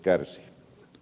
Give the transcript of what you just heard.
arvoisa puhemies